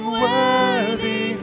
worthy